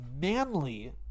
manly